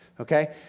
okay